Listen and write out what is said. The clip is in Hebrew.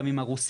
גם עם הרוסית,